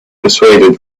persuaded